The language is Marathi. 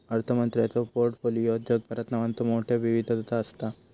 अर्थमंत्र्यांच्यो पोर्टफोलिओत जगभरात नावांचो मोठयो विविधता असता